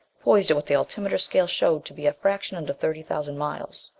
poised at what the altimeter scale showed to be a fraction under thirty thousand miles.